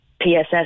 PSS